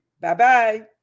Bye-bye